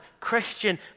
Christian